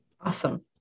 Awesome